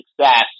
success